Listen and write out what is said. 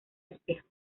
espejo